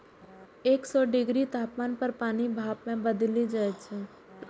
एक सय डिग्री तापमान पर पानि भाप मे बदलि जाइ छै